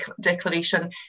Declaration